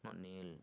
not nail